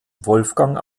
wolfgang